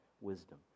wisdom